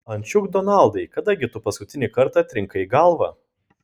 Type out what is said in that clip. ančiuk donaldai kada gi tu paskutinį kartą trinkai galvą